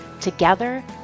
Together